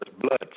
blood